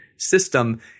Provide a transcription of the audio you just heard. System